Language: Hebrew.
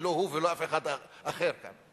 לא הוא ולא אף אחד אחר כאן.